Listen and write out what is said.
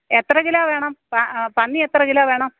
എത്ര കിലോ വേണം പാ പന്നി എത്ര കിലോ വേണം